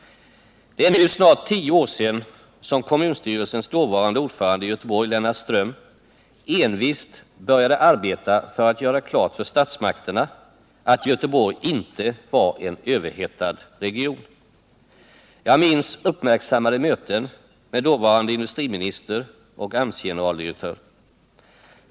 Det är nu snart 10 år sedan kommunstyrelsens dåvarande ordförande i Göteborg, Lennart Ström, envist började arbeta för att göra klart för statsmakterna att Göteborg inte var en överhettad region. Jag minns uppmärksammade möten med dåvarande industriminister och AMS-generaldirektör.